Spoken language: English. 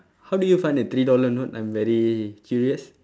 how do you find a three dollar note I'm very curious